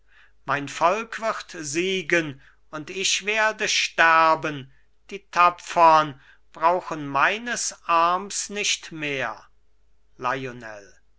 mein volk wird siegen und ich werde sterben die tapfern brauchen meines arms nicht mehr lionel